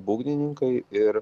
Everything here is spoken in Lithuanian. būgnininkai ir